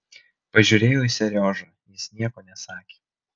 pažiūrėjau į seriožą jis nieko nesakė